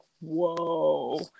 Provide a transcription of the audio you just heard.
whoa